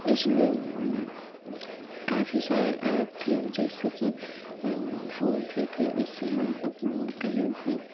इसमें काफ़ी सारे एप्प थे जैसे कि फ़ोन पे थे इससे हम अपनी कहीं भी